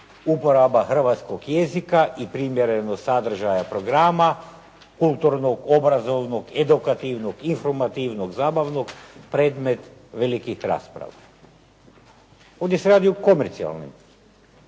uporaba hrvatskog jezika i primjerenost sadržaja programa, kulturnog, obrazovnog, edukativnog, informativnog, zabavnog predmet velikih rasprava. Ovdje se radi o komercijalnim